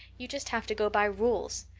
you just have to go by rules.